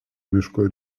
miško